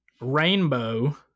Rainbow